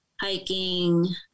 hiking